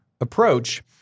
approach